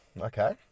Okay